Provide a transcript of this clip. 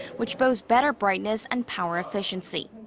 which boast better brightness, and power efficiency.